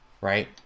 Right